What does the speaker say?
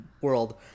world